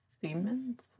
Siemens